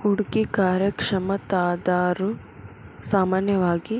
ಹೂಡ್ಕಿ ಕಾರ್ಯಕ್ಷಮತಾದಾರ್ರು ಸಾಮಾನ್ಯವಾಗಿ